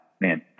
man